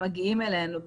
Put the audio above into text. הם מגיעים אלינו,